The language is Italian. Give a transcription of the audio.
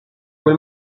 quel